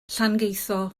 llangeitho